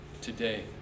today